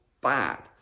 bad